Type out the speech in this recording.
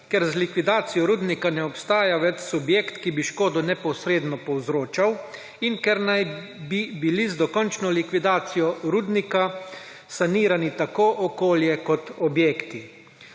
ker z likvidacijo rudnika ne obstaja več subjekt, ki bi škodo neposredno povzročal in ker naj bi bili z dokončno likvidacijo rudnika sanirani tako okolje kot objekti.